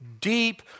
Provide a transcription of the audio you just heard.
deep